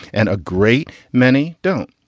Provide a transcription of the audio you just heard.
and a great many don't.